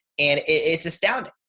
and it's astounding.